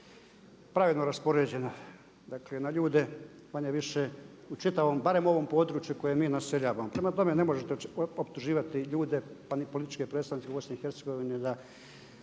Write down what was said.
pravedno raspoređena na ljude manje-više u čitavom barem ovom području koje mi naseljavamo. Prema tome ne možete optuživati ljude pa ni političke predstavnike u BiH za